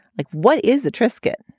like, what is the triscuit?